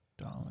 dollar